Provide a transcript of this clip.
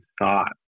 thought